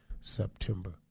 September